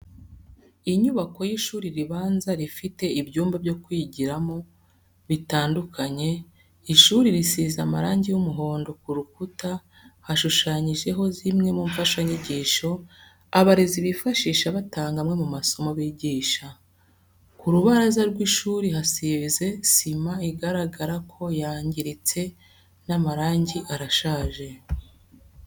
Inyubako y'ishuri ribanza rifite ibyumba byo kwigiramo bitandukanye, ishuri risize amarangi y'umuhondo, ku rukuta hashushanyijeho zimwe mu mfashanyigisho abarezi bifashisha batanga amwe mu masomo bigisha. Ku rubaraza rw'ishuri hasize sima igaragara ko yangiritse n'amarangi arashaje.